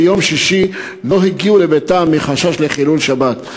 יום שישי לא הגיעו לביתם מחשש לחילול שבת.